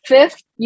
Fifth